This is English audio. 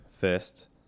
first